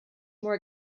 more